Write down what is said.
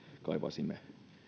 kaivaisimme